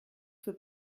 für